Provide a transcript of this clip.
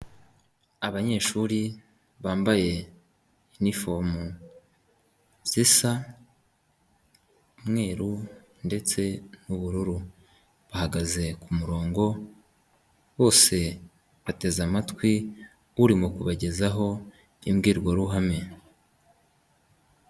Abanyeshuri bambaye inifomu zisa mweru ndetse n'ubururu, bahagaze ku kumurongo bose bateze amatwi urimo kubagezaho imbwirwaruhame.